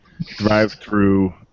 drive-through